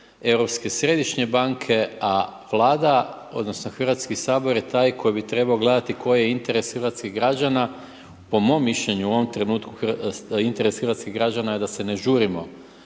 Europske središnje banke, a Vlada odnosno, Hrvatski sabor je taj koji bi trebao gledati koji je interes hrvatskih građana. Po mom mišljenju u ovom trenutku interes hrvatskih građana je da se ne žurimo